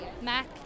mac